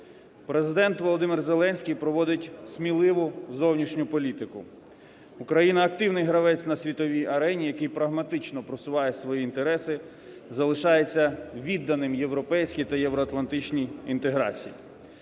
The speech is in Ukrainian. Президент Володимир Зеленський проводить сміливу зовнішню політику. Україна – активний гравець на світовій арені, який прагматично просуває свої інтереси, залишається відданим європейський та євроатлантичній інтеграції.